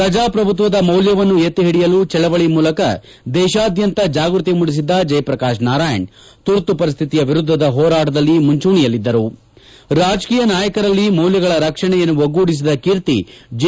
ಪ್ರಜಾಪ್ರಭುತ್ತದ ಮೌಲ್ಯವನ್ನು ಎತ್ತಿ ಹಿಡಿಯಲು ಚಳವಳಿ ಮೂಲಕ ದೇಶಾದ್ಯಂತ ಜಾಗ್ಬತಿ ಮೂಡಿಸಿದ್ದ ಜಯಪ್ರಕಾಶ್ ನಾರಾಯಣ್ ತುರ್ತು ಪರಿಸ್ಟಿತಿಯ ವಿರುದ್ದದ ಹೋರಾಟದಲ್ಲಿ ಮುಂಜೂಣಿಯಲ್ಲಿದ್ದರು ರಾಜಕೀಯ ನಾಯಕರಲ್ಲಿ ಮೌಲ್ಯಗಳ ರಕ್ಷಣೆಯನ್ನು ಒಗ್ಗೂಡಿಸಿದ ಕೀರ್ತಿ ಜೆ